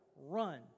run